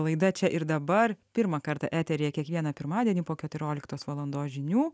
laida čia ir dabar pirmą kartą eteryje kiekvieną pirmadienį po keturioliktos valandos žinių